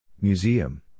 Museum